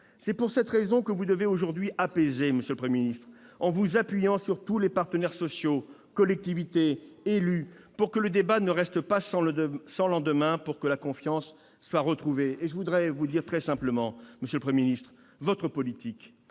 C'est pour cette raison que vous devez aujourd'hui apaiser, monsieur le Premier ministre, en vous appuyant sur tous les partenaires sociaux, collectivités, élus, pour que le débat ne reste pas sans lendemain et pour que la confiance soit retrouvée. Je voudrais vous le dire très simplement, monsieur le Premier ministre, votre politique,